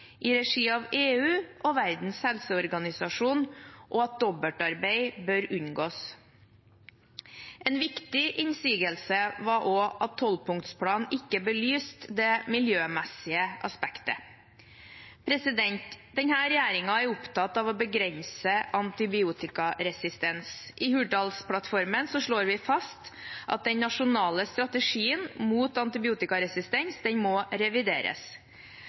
i regi av EU og Verdens helseorganisasjon, og at dobbeltarbeid bør unngås. En viktig innsigelse var også at tolvpunktsplanen ikke belyste det miljømessige aspektet. Denne regjeringen er opptatt av å begrense antibiotikaresistens. I Hurdalsplattformen slår vi fast at den nasjonale strategien mot antibiotikaresistens må revideres.